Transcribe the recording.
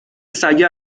سگه